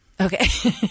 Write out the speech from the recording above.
Okay